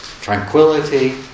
tranquility